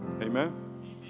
Amen